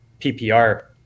PPR